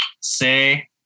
say